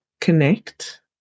connect